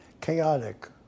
Chaotic